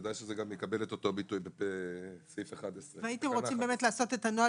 כדאי שזה יקבל את אותו ביטוי בסעיף 11. הייתם רוצים לעשות את הנוהל